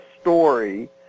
story